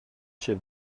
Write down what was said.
chefs